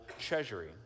treasury